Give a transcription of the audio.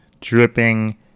dripping